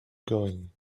going